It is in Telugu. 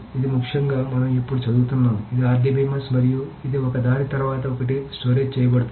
ఇది ముఖ్యంగా మనం ఇప్పుడే చదువుతున్నాము ఇది RDBMS మరియు ఇది ఒకదాని తర్వాత ఒకటి స్టోరేజ్ చేయబడుతుంది